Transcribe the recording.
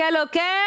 Okay